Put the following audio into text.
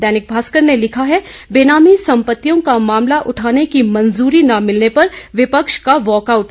दैनिक भास्कर ने लिखा है बेनामी संपत्तियों का मामला उठाने की मंजूरी न मिलने पर विपक्ष का वाकआउट